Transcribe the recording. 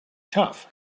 tough